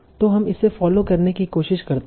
तो हम इसे फॉलो करने की कोशिश करते हैं